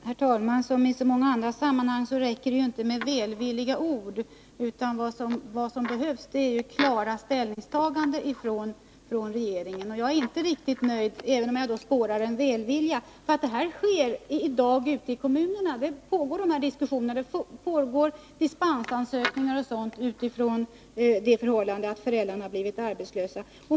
Herr talman! Som i så många andra sammanhang räcker det inte med välvilliga ord, utan det behövs klara ställningstaganden från regeringen. Jag är inte riktigt nöjd, även om jag spårar en välvilja. Ute i kommunerna pågår dessa diskussioner. Det kommer dispensansökningar m.m. utifrån det förhållandet att föräldrar har blivit arbetslösa.